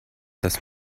dass